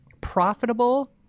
profitable